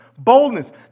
Boldness